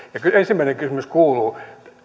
ensimmäinen kysymys kuuluu